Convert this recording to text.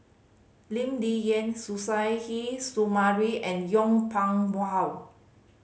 Lee Ling Yen Suzairhe Sumari and Yong Pung How